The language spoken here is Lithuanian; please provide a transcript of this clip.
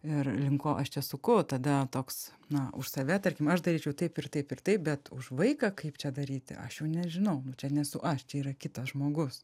ir link ko aš čia suku tada toks na už save tarkim aš daryčiau taip ir taip ir taip bet už vaiką kaip čia daryti aš jau nežinau nu čia nesu aš čia yra kitas žmogus